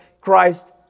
Christ